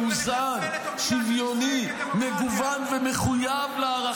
ולחסל את אופייה של ישראל כדמוקרטיה.